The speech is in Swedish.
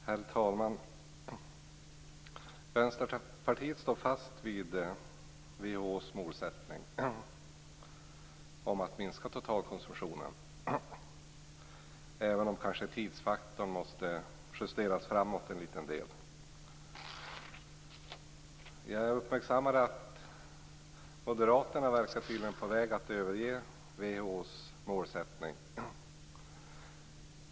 Herr talman! Vänsterpartiet står fast vid WHO:s målsättning att minska totalkonsumtionen, även om tidsfaktorn kanske måste justeras framåt något. Jag uppmärksammade att Moderaterna verkar vara på väg att överge WHO:s målsättning.